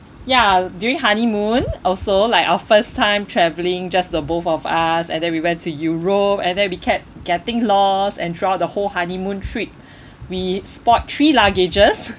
ya during honeymoon also like our first time travelling just the both of us and then we went to Europe and then we kept getting lost and throughout the whole honeymoon trip we spoilt three luggages